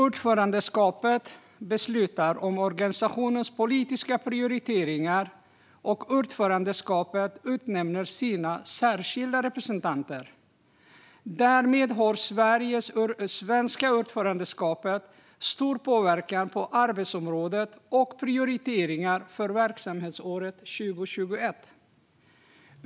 Ordförandeskapet beslutar om organisationens politiska prioriteringar, och ordförandeskapet utnämner sina särskilda representanter. Därmed har det svenska ordförandeskapet stor påverkan på arbetsområdet och prioriteringarna för verksamhetsåret 2021.